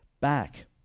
back